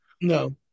No